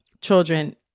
children